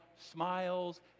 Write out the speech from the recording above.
smiles